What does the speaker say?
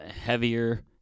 heavier